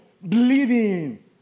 bleeding